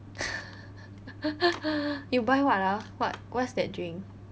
you buy what ah what what's that drink